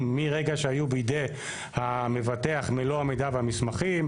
מרגע שהיו בידי המבטח מלוא המידע והמסמכים.